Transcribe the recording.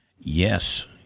Yes